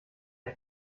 ich